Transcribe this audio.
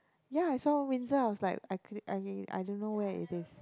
ya I saw windsor I was like I I don't know where it is